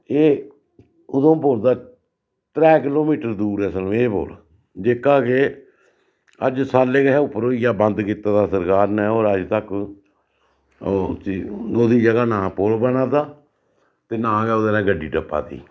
एह् उधमपुर दा त्रै किलो मीटर दूर ऐ सलमेह् पुल जेह्का के अज्ज सालै कशा उप्पर होई गेआ बंद कीता दा सरकार ने होर अज्ज तक ओह् ओह्दी जगह् ना पुल बना दा ते ना गै ओह्दे'रा गड्डी टप्पा दी